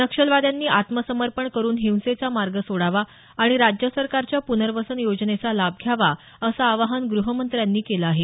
नक्षलवाद्यांनी आत्मसमर्पण करुन हिंसेचा मार्ग सोडावा आणि राज्य सरकारच्या पुनर्वसन योजनेचा लाभ घ्यावा असं आवाहन गृहमंत्र्यांनी केलं आहे